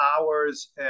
hours